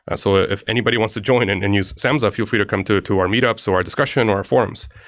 ah so if anybody wants to join and and use samza, feel free to come to to our meet ups or our discussion or forums.